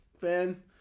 fan